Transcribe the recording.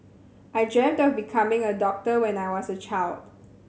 I dreamt of becoming a doctor when I was a child